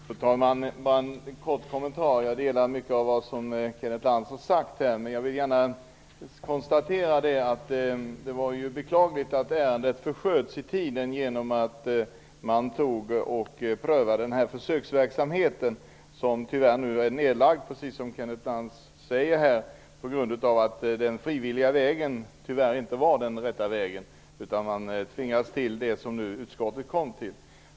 Fru talman! Jag har bara en kort kommentar. Jag delar uppfattningen i mycket av det Kenneth Lantz har sagt. Jag vill gärna konstatera att det var beklagligt att ärendet förskjöts i tiden på grund av försöksverksamheten. Den är tyvärr nedlagd, precis som Kenneth Lantz sade, på grund av att den frivilliga vägen inte var den rätta vägen. Man tvingades till det som utskottet har kommit fram till.